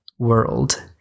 world